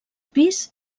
pis